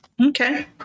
Okay